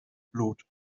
blut